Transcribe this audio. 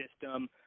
system